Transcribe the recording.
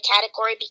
category